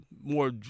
more